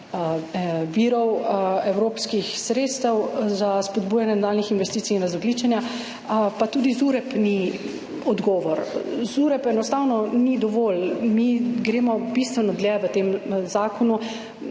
virov evropskih sredstev za spodbujanje nadaljnjih investicij in razogljičenja. Pa tudi ZUreP ni odgovor. ZUreP enostavno ni dovolj. Mi gremo bistveno dlje v tem zakonu.